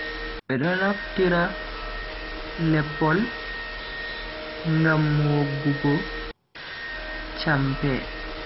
Be do naftira leppol ngam woggugo champe.